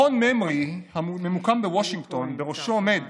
מכון ממרי, הממוקם בוושינגטון ובראשו עומד